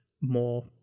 more